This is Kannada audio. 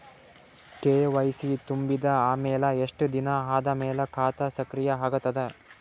ಕೆ.ವೈ.ಸಿ ತುಂಬಿದ ಅಮೆಲ ಎಷ್ಟ ದಿನ ಆದ ಮೇಲ ಖಾತಾ ಸಕ್ರಿಯ ಅಗತದ?